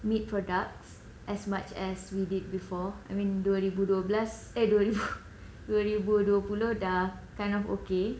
meat products as much as we did before I mean dua ribu dua belas eh dua ribu dua puluh dah kind of okay